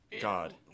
God